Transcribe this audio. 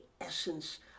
essence